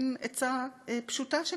מין עצה פשוטה שכזאת.